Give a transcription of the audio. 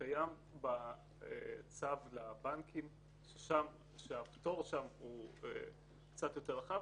שקיים בצו לבנקים כשהפטור שם הוא קצת יותר רחב,